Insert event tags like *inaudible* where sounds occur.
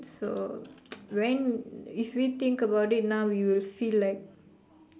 so *noise* then if we think about now we will feel like